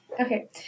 okay